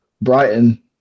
Brighton